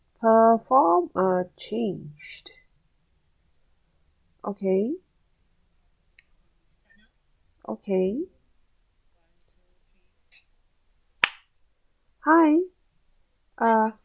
uh form a change okay okay hi uh